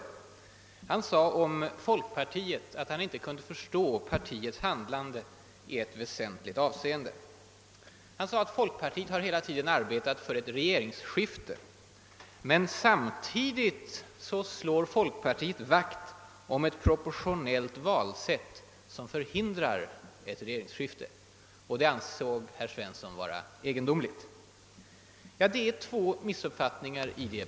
Han sade om folkpartiet att han inte kunde förstå partiets handlande i ett väsentligt avseende. Folkpartiet har hela tiden arbetat för ett regeringsskifte men samtidigt skulle, enligt herr Svenssons mening, folkpartiet slå vakt om ett proportionellt valsätt som förhindrar ett sådant. Det ansåg herr Svensson vara egendomligt. Häri ligger två missuppfattningar.